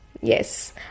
Yes